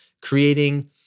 creating